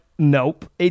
Nope